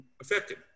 affected